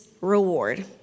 reward